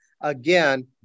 again